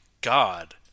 God